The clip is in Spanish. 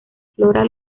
flora